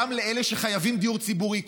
גם לאלה שחייבים דיור ציבורי,